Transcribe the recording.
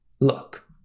Look